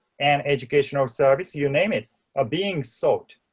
and educational service, you name it are being sought.